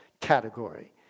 category